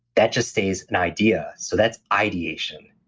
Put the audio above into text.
that just stays an idea. so that's ideation,